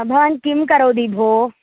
भवान् किं करोति भो